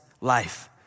life